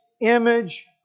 image